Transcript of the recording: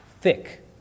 thick